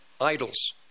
Idols